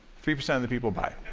three percent of the people buy